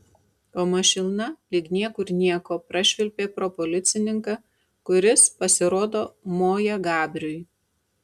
o mašina lyg niekur nieko prašvilpė pro policininką kuris pasirodo moja gabriui